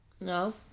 No